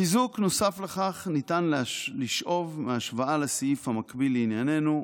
חיזוק נוסף לכך ניתן לשאוב מההשוואה לסעיף המקביל לענייננו,